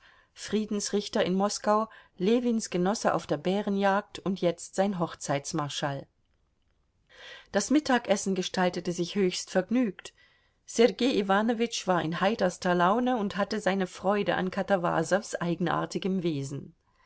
friedensrichter in moskau ljewins genosse auf der bärenjagd und jetzt sein hochzeitsmarschall das mittagessen gestaltete sich höchst vergnügt sergei iwanowitsch war in heiterster laune und hatte seine freude an katawasows eigenartigem wesen